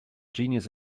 genius